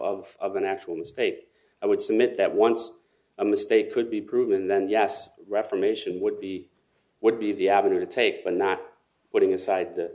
an actual mistake i would submit that once a mistake could be proven then yes reformation would be would be the avenue to take but not putting aside th